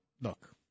look